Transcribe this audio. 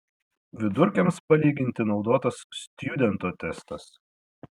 vidurkiams palyginti naudotas stjudento testas